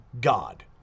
God